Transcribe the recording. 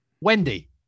wendy